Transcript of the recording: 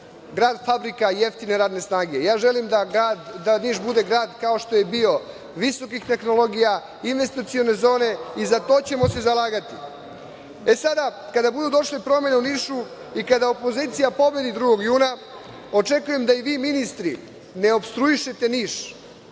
grad fabrika i jeftine radne snage. Ja želim da Niš bude grad kao što je nekada bio, visokih tehnologija, investicione zone. Za to ćemo se zalagati. Sada kada budu došle promene u Nišu i kada opozicija pobedi 2. juna očekujem da i vi ministri ne opstruišete Niš.